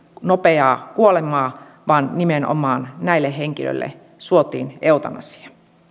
nopeaa kuolemaa vaan nimenomaan näille henkilöille suotiin eutanasia